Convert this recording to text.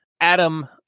adam